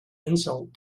insult